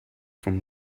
from